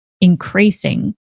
increasing